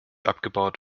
abgebaut